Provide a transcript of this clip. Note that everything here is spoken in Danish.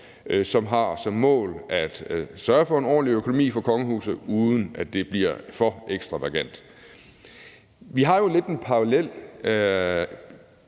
som har som mål at sørge for en ordentlig økonomi for kongehuset, uden at det bliver for ekstravagant. Vi har jo lidt en parallel